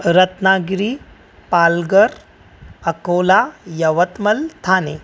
Ratnagiri Palghar Akola Yavatmal Thane